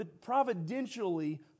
providentially